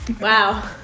Wow